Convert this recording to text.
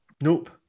Nope